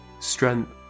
strength